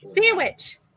Sandwich